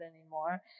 anymore